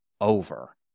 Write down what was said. over